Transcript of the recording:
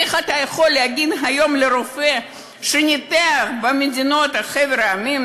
איך אתה יכול להגיד היום לרופא שניתח בחבר המדינות,